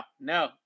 no